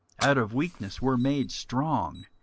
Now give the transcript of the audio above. out of weakness were made strong,